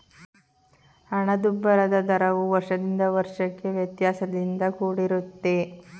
ಹಣದುಬ್ಬರದ ದರವು ವರ್ಷದಿಂದ ವರ್ಷಕ್ಕೆ ವ್ಯತ್ಯಾಸದಿಂದ ಕೂಡಿರುತ್ತೆ